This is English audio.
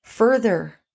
further